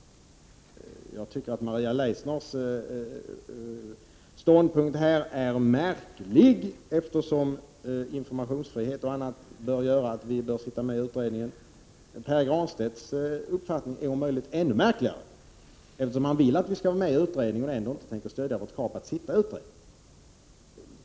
Jag tycker att Maria Leissners ståndpunkt är märklig, eftersom informationsfriheten och annat borde säga henne att vi bör ingå i utredningen. Pär Granstedts uppfattning är om möjligt ännu märkligare, eftersom han vill att vi skall vara med i utredningen och han ändå inte tänker stödja vårt krav på att vara företrädda.